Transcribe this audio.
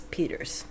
Peters